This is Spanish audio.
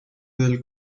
del